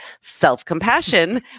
self-compassion